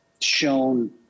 shown